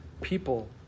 people